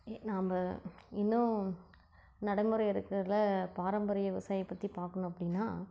நாம் இன்னும் நடைமுறை இருக்குறதில் பாரம்பரிய விவசாயியை பற்றி பார்க்கணும் அப்படின்னா